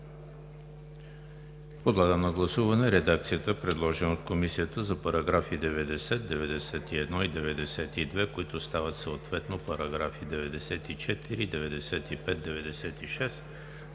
Подлагам на гласуване редакцията, предложена от Комисията за параграфи 90, 91 и 92, които стават съответно параграфи 94, 95 и 96;